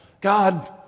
God